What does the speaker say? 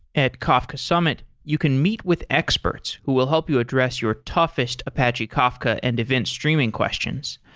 at kafka summit, you can meet with experts who will help you address your toughest apache kafka and event streaming questions,